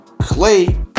Clay